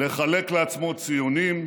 לחלק לעצמו ציונים,